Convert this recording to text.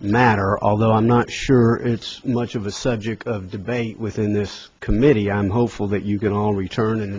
matter although i'm not sure it's much of a subject of debate within this committee i'm hopeful that you can all return